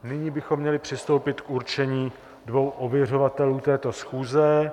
Nyní bychom měli přistoupit k určení dvou ověřovatelů této schůze.